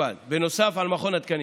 נוסף על מכון התקנים,